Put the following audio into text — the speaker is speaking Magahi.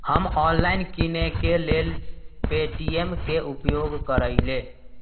हम ऑनलाइन किनेकेँ लेल पे.टी.एम के उपयोग करइले